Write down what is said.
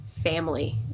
Family